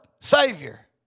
Savior